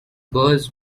burghs